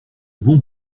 bons